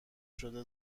شده